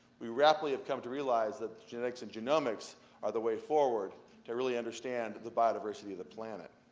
we rapidly have come to realize that genetics and genomics are the way forward to really understand the biodiversity of the planet.